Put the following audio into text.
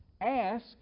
ask